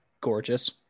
gorgeous